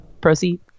Proceed